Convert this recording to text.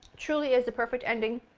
truly is a perfect ending